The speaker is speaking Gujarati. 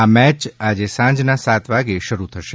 આ મેચ આજે સાંજના સાત વાગે શરુ થશે